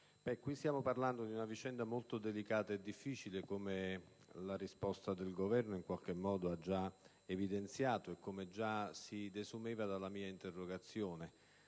qui stiamo parlando di una vicenda molto delicata e difficile, come la risposta del Governo ha già evidenziato e si desumeva anche dalla mia interrogazione.